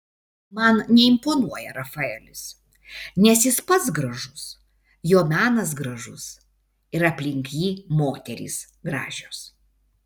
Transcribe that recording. man neimponuoja rafaelis nes jis pats gražus jo menas gražus ir aplink jį moterys gražios